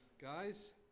Guys